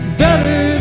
better